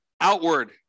outward